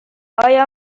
آیا